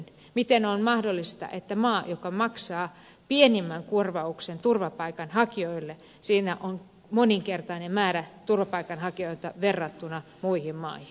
miten on mahdollista että maassa joka maksaa pienimmän korvauksen turvapaikanhakijoille on moninkertainen määrä turvapaikanhakijoita verrattuna muihin maihin